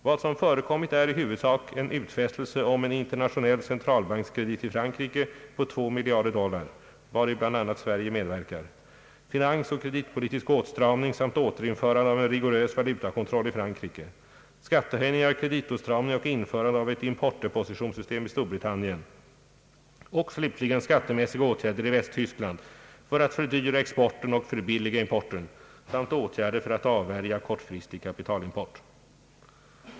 Vad som förekommit är i huvudsak en utfästelse om en internationell centralbankskredit till Frankrike på 2 miljarder dollar — vari bl.a. Sverige medverkar — finansoch kreditpolitisk åtstramning samt återinförande av en rigorös valutakontroll i Frankrike, skattehöjningar, kreditåtstramning och införande av ett importdepositionssystem i Storbritannien och slutligen skattemässiga åtgärder i Västtyskland för att fördyra exporten och förbilliga importen samt åtgärder för att avvärja kortfristig kapitalimport.